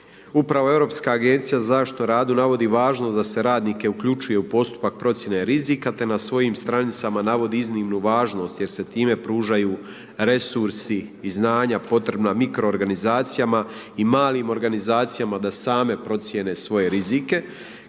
Upravo Europska agencija za zaštitu na radu navodi važnost da se radnike uključuje u postupak procjene rizika te na svojim stranicama navodi iznimnu važnost jer se time pružaju resursi i znanja potrebna mikroorganizacijama i malim organizacijama da same procjene svoje rizike.